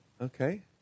okay